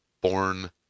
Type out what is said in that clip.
born